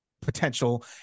Potential